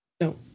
No